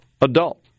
adult